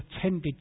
attended